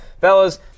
Fellas